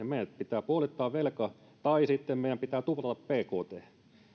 meidän pitää puolittaa velka tai sitten meidän pitää tuhlata bkt